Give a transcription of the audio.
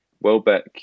Welbeck